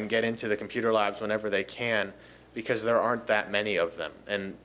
and get into the computer labs whenever they can because there aren't that many of them and